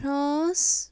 France